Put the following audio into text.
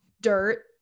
dirt